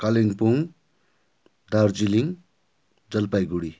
Kalimpong Darjeeling Jalpaiguri